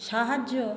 সাহায্য